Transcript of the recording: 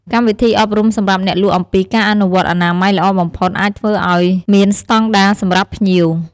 កម្មវិធីអប់រំសម្រាប់អ្នកលក់អំពីការអនុវត្តអនាម័យល្អបំផុតអាចធ្វើអោយឲ្យមានស្តង់ដារសម្រាប់ភ្ញៀវ។